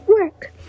work